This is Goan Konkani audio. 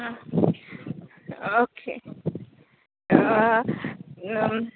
आं ओके